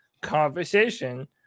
conversation